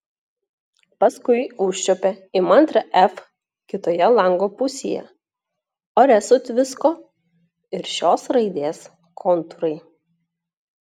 paskui užčiuopė įmantrią f kitoje lango pusėje ore sutvisko ir šios raidės kontūrai